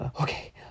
Okay